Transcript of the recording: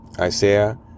Isaiah